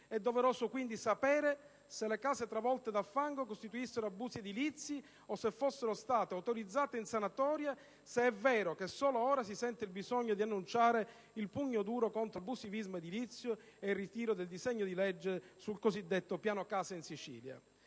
È doveroso, quindi, sapere se le case travolte dal fango costituissero abusi edilizi o se fossero state autorizzate in sanatoria, se è vero che solo ora si sente il bisogno di annunciare il pugno duro contro l'abusivismo edilizio e il ritiro del disegno di legge sul cosiddetto piano case in Sicilia.